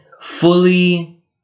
fully